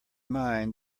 mind